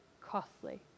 costly